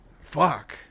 Fuck